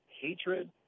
hatred